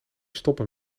stoppen